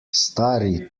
stari